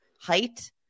height